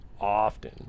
often